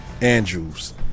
Andrews